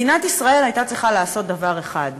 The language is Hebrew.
מדינת ישראל הייתה צריכה לעשות דבר אחד: